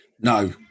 No